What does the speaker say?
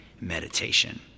meditation